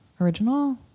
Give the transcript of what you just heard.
original